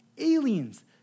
Aliens